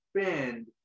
spend